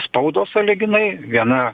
spaudos sąlyginai viena